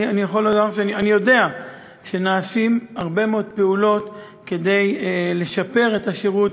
אני יכול לומר שאני יודע שנעשות הרבה מאוד פעולות כדי לשפר את השירות,